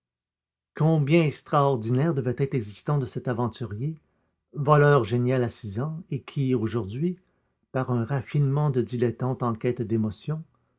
combien extraordinaire devait être l'existence de cet aventurier voleur génial à six ans et qui aujourd'hui par un raffinement de dilettante en quête d'émotion